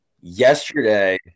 yesterday